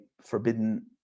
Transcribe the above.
forbidden